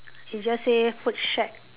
he just say food shack